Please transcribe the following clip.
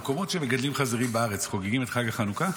במקומות שמגדלים חזירים בארץ חוגגים את חג החנוכה?